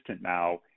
now